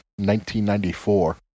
1994